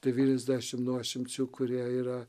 devyniasdešim nuošimčių kurie yra